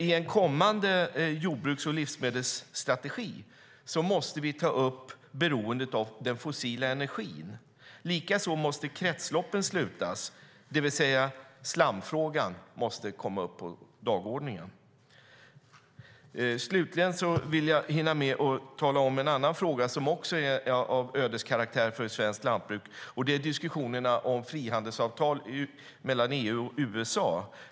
I en kommande jordbruks och livsmedelsstrategi måste vi ta upp beroendet av den fossila energin. Likaså måste kretsloppen slutas, vilket innebär att slamfrågan måste komma upp på dagordningen. Slutligen vill jag hinna med att tala om en annan fråga som är av ödeskaraktär för svenskt lantbruk, och det är frihandelsavtal mellan EU och USA.